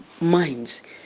minds